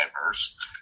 diverse